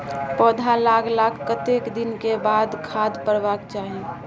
पौधा लागलाक कतेक दिन के बाद खाद परबाक चाही?